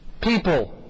people